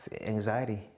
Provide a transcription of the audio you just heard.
anxiety